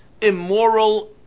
immoral